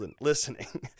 listening